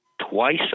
twice